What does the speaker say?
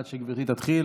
עד שגברתי תתחיל,